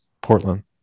Portland